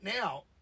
now